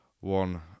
one